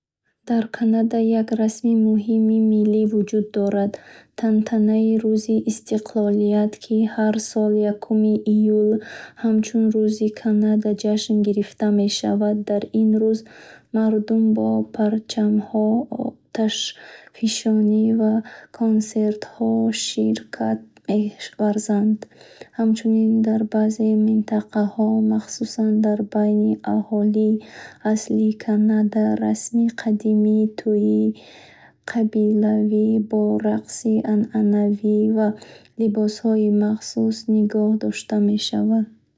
Дар Канада як расми муҳими миллӣ вуҷуд дорад. Тантанаи рӯзи Истиқлолият, ки ҳар сол якуми июл ҳамчун Рӯзи Канада ҷашн гирифта мешавад. Дар ин рӯз мардум бо парчамҳо, оташфишонӣ ва концертҳо ширкат меварзанд. Ҳамчунин, дар баъзе минтақаҳо, махсусан дар байни аҳолии аслии Канада, расми қадимии тӯйи қабилавӣ бо рақси анъанавӣ ва либосҳои махсус нигоҳ дошта мешавад.